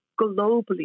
globally